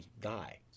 die